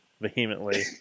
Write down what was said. vehemently